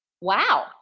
Wow